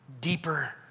deeper